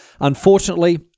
Unfortunately